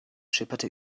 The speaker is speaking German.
schipperte